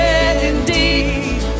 indeed